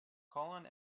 cullen